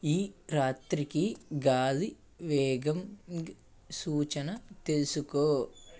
ఈ రాత్రికి గాలి వేగం గ్ సూచన తెలుసుకో